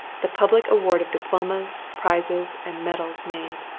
the public award of diplomas, prizes and medals made.